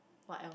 what else